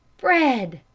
fred!